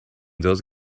those